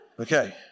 Okay